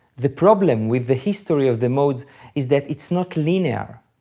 the problem with the history of the modes is that it's not linear,